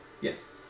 Yes